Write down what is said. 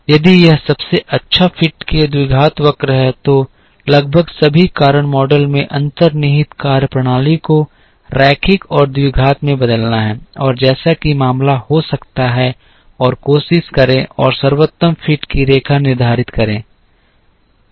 यदि यह सबसे अच्छा फिट के द्विघात वक्र है तो लगभग सभी कारण मॉडल में अंतर्निहित कार्यप्रणाली को रैखिक और द्विघात में बदलना है और जैसा कि मामला हो सकता है और कोशिश करें और सर्वोत्तम फिट की रेखा निर्धारित करें